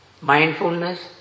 mindfulness